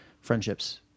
friendships